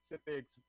specifics